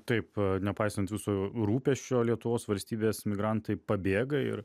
taip nepaisant viso rūpesčio lietuvos valstybės migrantai pabėga ir